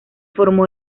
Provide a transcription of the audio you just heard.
formó